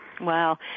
Wow